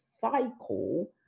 cycle